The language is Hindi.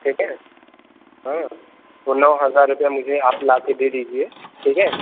ठीक है हाँ तो नौ हज़ार रुपया मुझे आप लाके दे दीजिए ठीक है